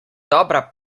dobra